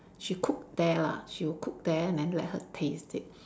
she cook there lah she'll cook there then let her taste it